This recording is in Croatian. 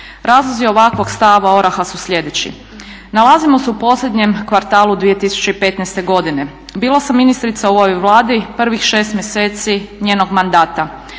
Razlozi ovakvog stava ORAH-a su sljedeći: nalazimo se u posljednjem kvartalu 2015. godine. Bila sam ministrica u ovoj Vladi prvih 6 mjeseci njenog mandata.